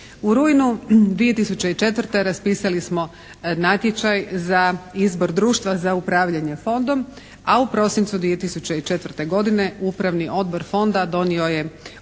U rujnu 2004. raspisali smo natječaj za izbor Društva za upravljanje fondom a u prosincu 2004. godine Upravni odbor fonda donio je odluku